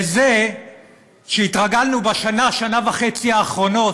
לזה שהתרגלנו בשנה, שנה וחצי האחרונות,